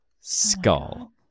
skull